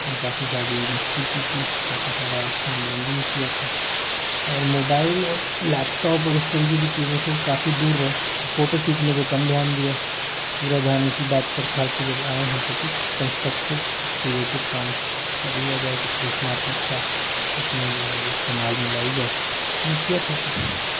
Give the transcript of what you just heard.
काफ़ी सारी मस्ती की थी काफ़ी सारा मनोरंजन किया था और मोबाइल और लैपटॉप और इस तरीके की चीज़ों से काफ़ी दूर रहे फ़ोटो खींचने पे कम ध्यान दिया पूरा ध्यान इसी बात पर था कि जब आए हैं तो कुछ कंस्ट्रक्टिव कुछ क्रिऐटिव काम कर लिया जाए कुछ रचनात्मकता अपनी जो है वो इस्तेमाल में लाई जाए हमने किया था ऐसा